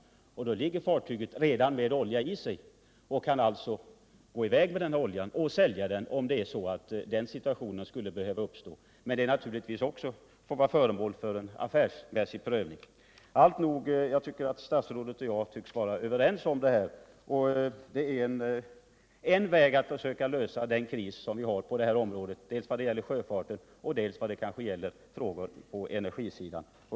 Ligger fartyget då redan lastat med olja kan det helt enkelt gå med oljan, och denna kan säljas. Men även detta får naturligtvis bli föremål för en affärsmässig prövning. Alltnog: Statsrådet och jag tycks vara överens om att detta är en väg att försöka lösa den kris som gäller dels sjöfarten, dels problemen på energisidan.